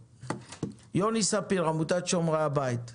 יוני ספיר, עמותת שומרי הבית,